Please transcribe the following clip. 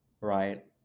right